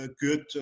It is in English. good